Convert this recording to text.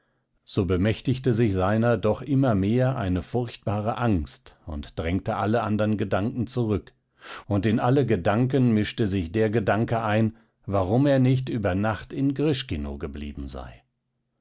so bemächtigte sich seiner doch immer mehr eine furchtbare angst und drängte alle andern gedanken zurück und in alle gedanken mischte sich der gedanke ein warum er nicht über nacht in grischkino geblieben sei